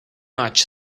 much